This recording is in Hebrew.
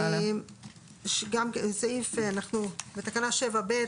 אנחנו בתקנה 7(ב),